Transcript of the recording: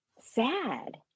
sad